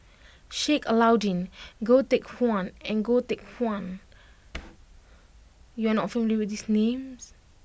Sheik Alau'ddin Goh Teck Phuan and Goh Teck Phuan you are not familiar with these names